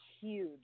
huge